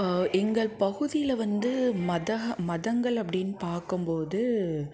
எங்கள் பகுதியில் வந்து மதக மதங்கள் அப்படின்னு பார்க்கம்போது